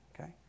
okay